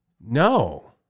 No